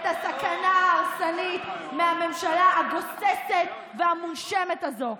הסכנה ההרסנית מהממשלה הגוססת והמונשמת הזו.